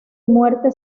muerte